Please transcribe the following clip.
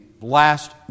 last